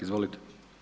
Izvolite.